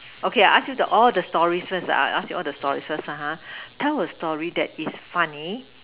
okay I ask you the all the stories first ask you all the stories first (uh huh) tell a story that is funny